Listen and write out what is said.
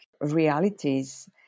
realities